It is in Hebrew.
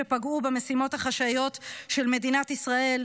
שפגעו במשימות החשאיות של מדינת ישראל,